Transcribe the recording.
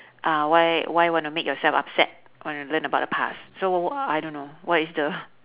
uh why why wanna make yourself upset when you learn about the past so I don't know what is the